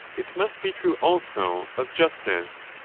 it must be true also of justice.